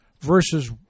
Verses